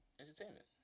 Entertainment